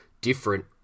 different